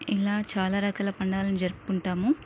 ఇలా చాలా రకాల పండగలను జరుపుకుంటాము